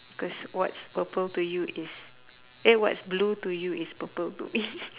cause what's purple to you is eh what's blue to you is purple to me